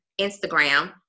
Instagram